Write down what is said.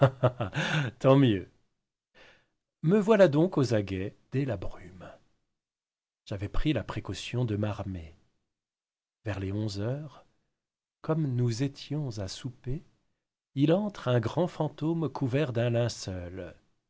tant mieux me voilà donc aux aguets dès la brune j'avais pris la précaution de m'armer vers les onze heures comme nous étions à souper il entre un grand fantôme couvert d'un linceul